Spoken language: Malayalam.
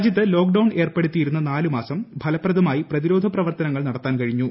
രാജ്യത്തെ ലോക്ക്ഡൌണിൽ ഏർപ്പെടുത്തിയിരുന്ന നാലുമാസം ഫലപ്രദമായി പ്രതിരോധ പ്രവർത്തനങ്ങൾ നടത്താൻ കഴിഞ്ഞു